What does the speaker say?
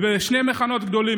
בשני מחנות גדולים,